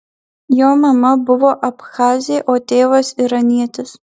jo mama buvo abchazė o tėvas iranietis